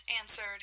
answered